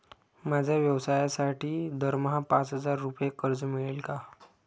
माझ्या व्यवसायासाठी दरमहा पाच हजार रुपये कर्ज मिळेल का?